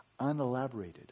unelaborated